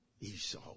Esau